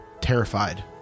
terrified